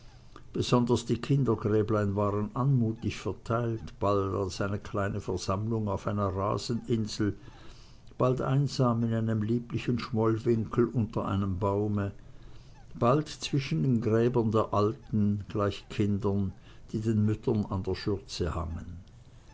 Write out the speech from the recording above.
besonders die kindergräblein waren anmutig verteilt bald als eine kleine versammlung auf einer raseninsel bald einsam in einem lieblichen schmollwinkel unter einem baume bald zwischen gräbern der alten gleich kindern die den müttern an der schürze hangen